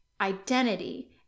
identity